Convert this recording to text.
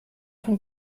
von